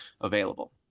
available